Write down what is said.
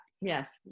Yes